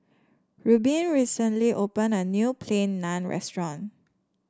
Reubin recently opened a new Plain Naan Restaurant